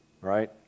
right